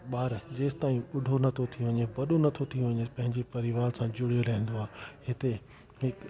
ॿारु जेंसि ताईं बुढो नथो थी वञे वॾो नथो थी वञे त पंहिंजे परिवार सां जुड़ियल आहिनि ऐं हिते ऐं